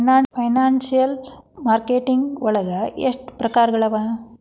Financial marketing ವಳಗ ಎಷ್ಟ್ ಪ್ರಕ್ರಾರ್ಗಳವ?